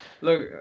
Look